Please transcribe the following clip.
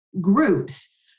groups